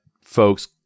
folks